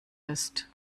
ist